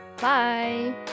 Bye